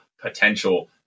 potential